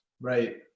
Right